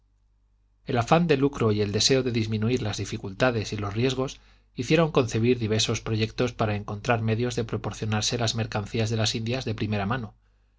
el afán de lucro y el deseo de disminuir las difícultades y los riesgos hicieron concebir diversos proyectos para encontrar medios de proporcionarse las mercancías de las indias de primera mano